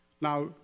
Now